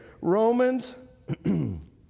Romans